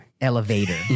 elevator